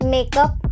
Makeup